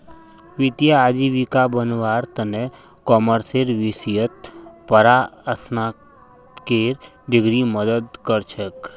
वित्तीय आजीविका बनव्वार त न कॉमर्सेर विषयत परास्नातकेर डिग्री मदद कर छेक